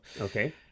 okay